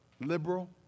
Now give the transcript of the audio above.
liberal